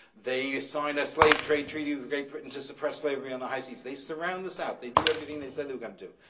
they signed a slave trade treaty with great britain to suppress slavery on the high seas. they surround the south. they do everything they said they were gonna do.